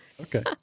Okay